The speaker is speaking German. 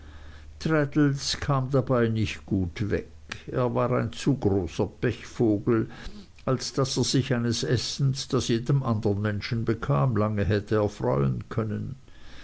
kam dabei nicht gut weg er war ein zu großer pechvogel als daß er sich eines essens das jedem andern menschen bekam lange hätte erfreuen können